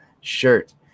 shirt